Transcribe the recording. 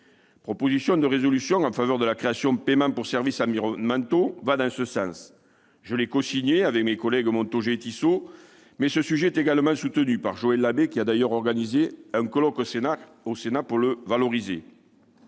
La proposition de résolution en faveur de la création de paiements pour services environnementaux va dans ce sens. Je l'ai cosignée avec mes collègues Franck Montaugé et Jean-Claude Tissot, mais cette proposition est également soutenue par Joël Labbé, qui a d'ailleurs organisé un colloque au Sénat pour la mettre